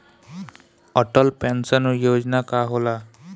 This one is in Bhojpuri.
अटल पैंसन योजना का होला?